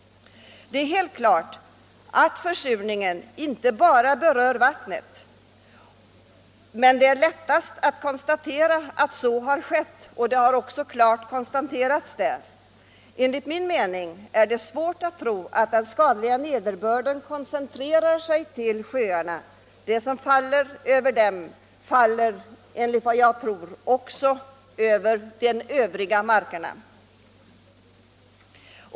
Det är helt klart att försurningen inte bara berör vattnet, men försurningen är lättast att konstatera i vatten, och det har också klart fastställts att en sådan förekommer där. Enligt min mening är det svårt att tro att den skadliga nederbörden koncentrerar sig till sjöarna. Samma slags nederbörd som faller över dem faller enligt vad jag tror också över marken.